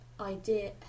idea